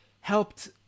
helped